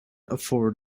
afford